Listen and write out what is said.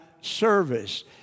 service